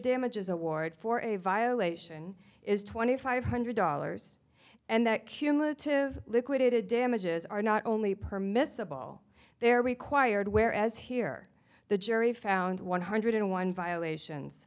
damages award for a violation is twenty five hundred dollars and that cumulative liquidated damages are not only permissible they're required whereas here the jury found one hundred one violations